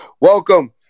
Welcome